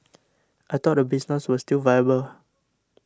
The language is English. I thought the business was still viable